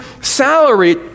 salary